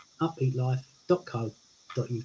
upbeatlife.co.uk